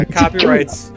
copyrights